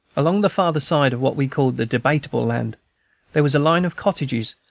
along the farther side of what we called the debatable land there was a line of cottages,